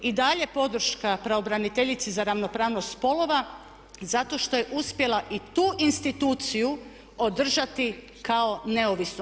I dalje podrška pravobraniteljici za ravnopravnost spolova zato što je uspjela i tu instituciju održati kao neovisnu.